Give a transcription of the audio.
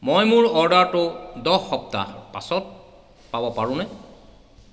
মই মোৰ অৰ্ডাৰটো দহ সপ্তাহ পাছত পাব পাৰোঁনে